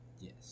Yes